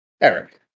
Eric